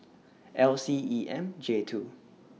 L C E M J rwo